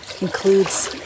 includes